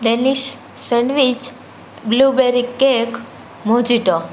Delish sandwich blueberry cake mojito